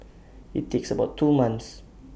IT takes about two months